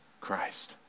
Christ